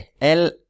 El